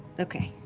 okay.